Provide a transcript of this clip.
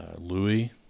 Louis